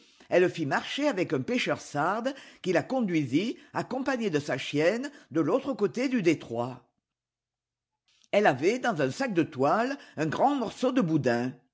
elle fit marché avec un pêcheur sarde qui la conduisit accompagnée de sa chienne de l'autre côté du détroit elle avait dans un sac de toile un grand morceau de boudin